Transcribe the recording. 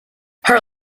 her